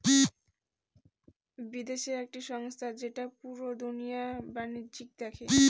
বিদেশের একটি সংস্থা যেটা পুরা দুনিয়ার বাণিজ্য দেখে